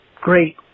great